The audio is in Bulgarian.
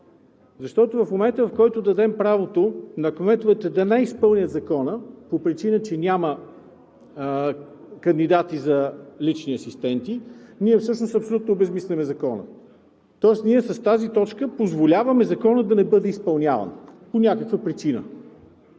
Защото в момента, в който дадем правото на кметовете да не изпълнят Закона по причина, че няма кандидати за лични асистенти, ние всъщност абсолютно обезсмисляме Закона, тоест ние с тази точка позволяваме Законът да не бъде изпълняван по някаква причина.